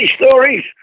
stories